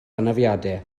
anafiadau